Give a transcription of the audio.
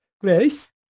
Grace